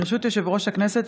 ברשות יושב-ראש הכנסת,